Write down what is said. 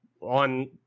on